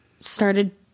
started